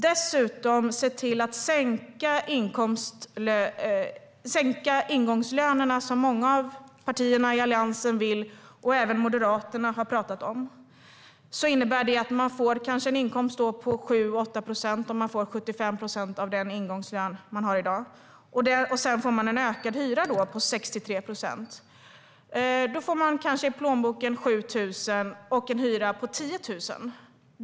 Dessutom talar flera av allianspartierna, inklusive Moderaterna, om att sänka ingångslönerna. Med 75 procent av dagens ingångslön och 63 procent i högre hyra får man kanske 7 000 i plånboken och en hyra på 10 000.